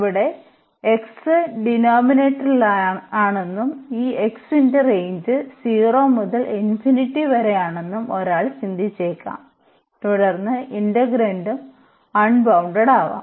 ഇവിടെ x ഡിനോമിനേറ്ററിലാണെന്നും ഈ x ന്റെ റേഞ്ച് 0 മുതൽ വരെയാണെന്നും ഒരാൾ ചിന്തിച്ചേക്കാം തുടർന്ന് ഇന്റഗ്രാണ്ടും അൺബൌണ്ടഡ് ആവാം